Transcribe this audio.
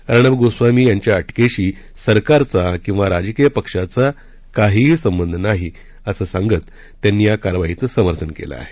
अर्णब गोस्वामी यांच्या अटकेशी सरकारचा किंवा राजकीय पक्षाचा काहीही संबंध नाही असं सांगत त्यांनी या कारवाईचं समर्थन केलं आहे